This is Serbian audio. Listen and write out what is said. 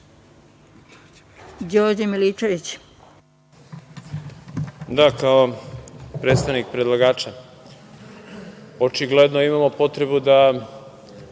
Đorđe Milićević.